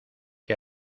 que